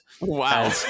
wow